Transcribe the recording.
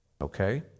okay